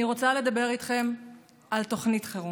אני רוצה לדבר איתכם על תוכנית חירום,